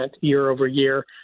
year-over-year